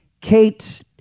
Kate